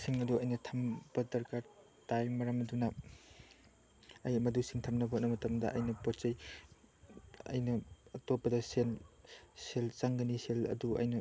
ꯁꯤꯡ ꯑꯗꯨ ꯑꯩꯅ ꯊꯝꯕ ꯗꯔꯀꯥꯔ ꯇꯥꯏ ꯃꯔꯝ ꯑꯗꯨꯅ ꯑꯩ ꯑꯃꯗꯤ ꯁꯤꯡ ꯊꯝꯅꯕ ꯍꯣꯠꯅꯕ ꯃꯇꯝꯗ ꯑꯩꯅ ꯄꯣꯠ ꯆꯩ ꯑꯩꯅ ꯑꯇꯣꯞꯄ ꯁꯦꯟ ꯁꯦꯜ ꯆꯪꯒꯅꯤ ꯁꯦꯜ ꯑꯗꯨ ꯑꯩꯅ